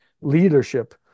leadership